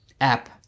app